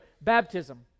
Baptism